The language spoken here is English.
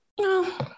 no